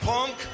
Punk